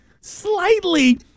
slightly